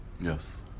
Yes